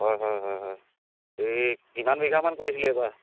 হয় হয় হয় হয় এই কিমান বিঘামান কৰিছিলে এইবাৰ